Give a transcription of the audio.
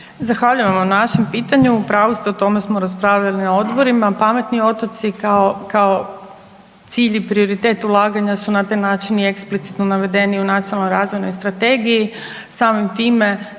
Zahvaljujem vam na vašem pitanju. U pravu ste, o tome smo raspravljali na odborima. Pametni otoci kao cilj i prioritet ulaganja su na taj način i eksplicitno navedeni u Nacionalnoj razvojnoj strategiji. Samim time